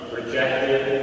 rejected